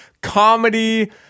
comedy